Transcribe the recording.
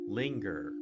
linger